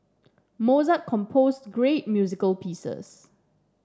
Mozart composed great music pieces